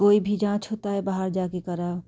कोई भी जाँच होता है बाहर जाकर कराओ